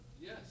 Yes